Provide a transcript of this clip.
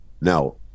Now